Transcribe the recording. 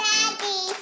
Daddy